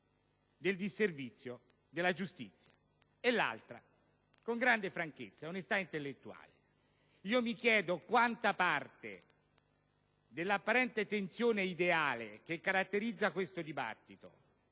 del disservizio della giustizia. In secondo luogo, con grande franchezza e onestà intellettuale, mi chiedo quanta parte vi sarebbe dell'apparente tensione ideale che caratterizza questo dibattito